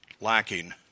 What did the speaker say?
lacking